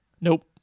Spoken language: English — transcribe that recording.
Nope